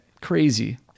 crazy